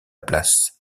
place